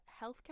healthcare